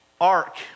ark